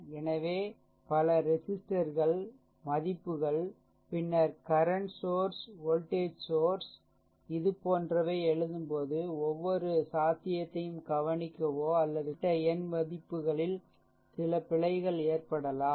எனவே பல ரெசிஸ்ட்டர்கள் மதிப்புகள் பின்னர் current source voltage source current source voltage source இது போன்றவை எழுதும்போது ஒவ்வொரு சாத்தியத்தையும் கவனிக்கவோ அல்லது குறிப்பிட்ட எண் மதிப்புகளில் சில பிழைகள் ஏற்படலாம்